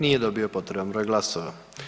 Nije dobio potreban broj glasova.